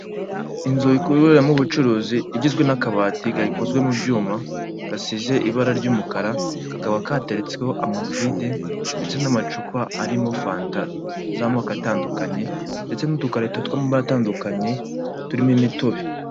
Inzu ikoreramo ubucuruzi, igizwe n'akabati gakozwe mu byuma, gasize ibara ry'umukara kakaba kateretsweho amavide ndetse n'amacupa arimo fanta z'amoko atandukanye ndetse n'udukarito tw'amabara atandukanye turimo imitobe.